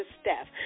Steph